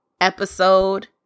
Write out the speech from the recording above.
episode